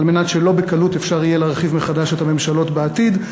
על מנת שלא בקלות אפשר יהיה להרחיב מחדש את הממשלות בעתיד,